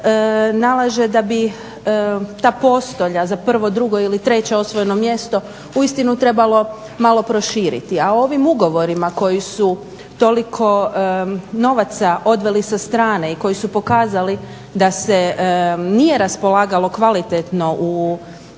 nalaže da bi ta postolja za prvo, drugo ili treće osvojeno mjesto uistinu trebalo malo proširiti. A o ovim ugovorima koji su toliko novaca odveli sa strane i koji su pokazali da se nije raspolagalo kvalitetno u